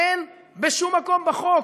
אין בשום מקום בחוק